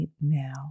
now